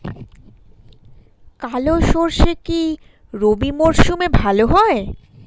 কালো সরষে কি রবি মরশুমে ভালো হয়?